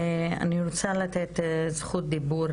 אני רוצה לתת זכות דיבור